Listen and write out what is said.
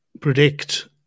predict